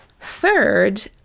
third